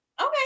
Okay